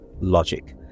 logic